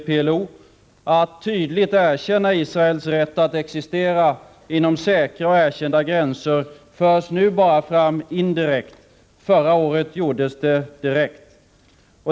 PLO, att tydligt erkänna Israels rätt att existera inom säkra och erkända gränser förs nu bara fram indirekt. Förra året gjordes det direkt.